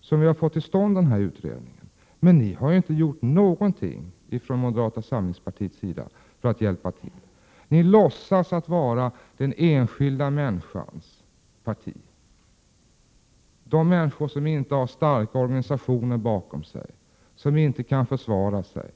som vi har fått till stånd den här utredningen. Men ni har ju inte gjort någonting från moderata samlingspartiets sida för att hjälpa till! Ni låtsas att vara den enskilda människans parti, ett parti för de människor som inte har starka organisationer bakom sig och som inte kan försvara sig.